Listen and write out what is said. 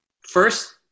first